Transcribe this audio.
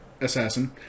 assassin